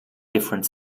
different